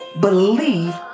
believe